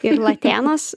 ir latėnas